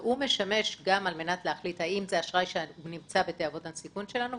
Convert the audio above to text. הוא משמש על מנת להחליט אם זה אשראי שנמצא בתיאבון הסיכון שלנו,